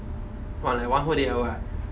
!wah! like one whole day liao leh